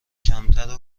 کمتر